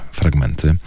fragmenty